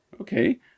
okay